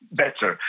better